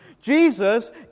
Jesus